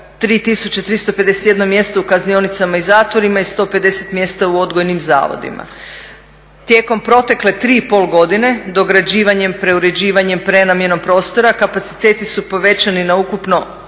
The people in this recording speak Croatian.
3.351 mjesto u kaznionicama i zatvorima i 150 mjesta u odgojnim zavodima. Tijekom protekle 3,5 godine dograđivanjem preuređivanje, prenamjenom prostora kapaciteti su povećani na ukupno